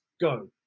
Go